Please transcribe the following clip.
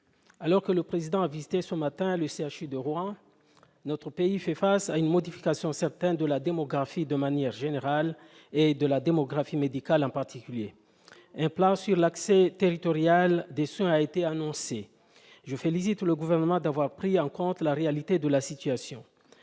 alors que le Président de la République a visité le CHU de Rouen ce matin, notre pays fait face à une modification certaine de la démographie de manière générale, et de la démographie médicale en particulier. Un plan pour renforcer l'accès territorial aux soins a été annoncé. Je félicite le Gouvernement d'avoir pris en compte la réalité de la situation.